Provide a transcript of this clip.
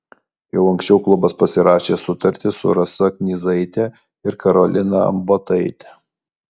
jau anksčiau klubas pasirašė sutartis su rasa knyzaite ir karolina ambotaite